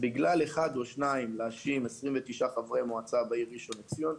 בגלל אחד או שניים להאשים 29 חברי מועצה בעיר ראשון לציון,